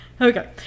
Okay